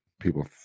people